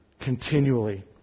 continually